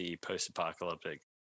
post-apocalyptic